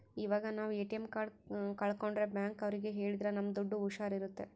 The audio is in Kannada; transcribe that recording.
ಇವಾಗ ನಾವ್ ಎ.ಟಿ.ಎಂ ಕಾರ್ಡ್ ಕಲ್ಕೊಂಡ್ರೆ ಬ್ಯಾಂಕ್ ಅವ್ರಿಗೆ ಹೇಳಿದ್ರ ನಮ್ ದುಡ್ಡು ಹುಷಾರ್ ಇರುತ್ತೆ